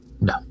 No